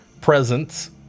presence